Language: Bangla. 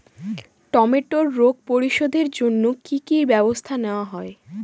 টমেটোর রোগ প্রতিরোধে জন্য কি কী ব্যবস্থা নেওয়া হয়?